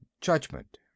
judgment